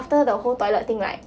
after the whole toilet thing right